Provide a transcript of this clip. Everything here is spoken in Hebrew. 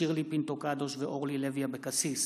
שירלי פינטו קדוש ואורלי לוי אבקסיס